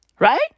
Right